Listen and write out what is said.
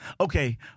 Okay